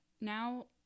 now